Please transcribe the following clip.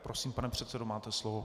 Prosím, pane předsedo, máte slovo.